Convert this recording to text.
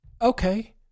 Okay